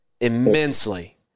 immensely